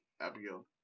Abigail